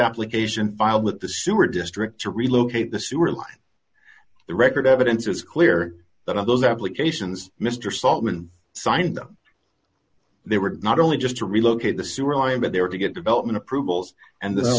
application filed with the sewer district to relocate the sewer line the record evidence was clear that all those applications mr saltman signed them they were not only just to relocate the sewer line but they were to get development approvals and the